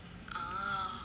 ugh